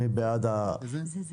מי בעד הסעיף,